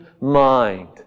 mind